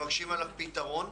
מבקשים עליו פתרון,